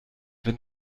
wenn